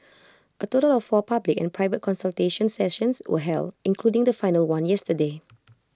A total of four public and private consultation sessions were held including the final one yesterday